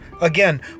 again